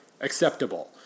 acceptable